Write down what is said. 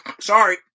Sorry